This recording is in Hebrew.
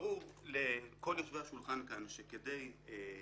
ברור לכל יושבי השולחן כאן שכדי לאשר